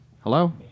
Hello